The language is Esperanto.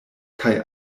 kaj